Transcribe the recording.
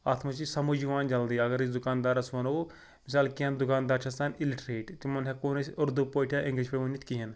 اَتھ منٛز چھِ سَمج یِوان جلدی اگر أسۍ دُکاندارَس ونو مِثال کینٛہہ دُکاندار چھِ آسان اِلِٹرٛیٹ تِمَن ہٮ۪کو نہٕ أسۍ اُردوٗ پٲٹھۍ یا اِنٛگلِش پٲٹھۍ ؤنِتھ کِہیٖنۍ